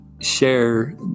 share